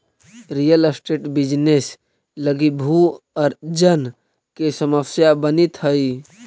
real estate business लगी भू अर्जन के समस्या बनित हई